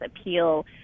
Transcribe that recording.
appeal